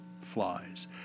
flies